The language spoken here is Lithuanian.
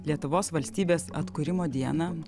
lietuvos valstybės atkūrimo dieną